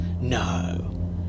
No